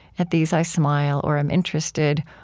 at these i smile, or am interested,